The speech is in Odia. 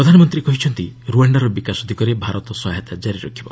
ପ୍ରଧାନମନ୍ତ୍ରୀ କହିଚ୍ଚନ୍ତି ରୁଆଣ୍ଡାର ବିକାଶ ଦିଗରେ ଭାରତ ସହାୟତା ଜାରି ରଖିବ